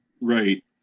right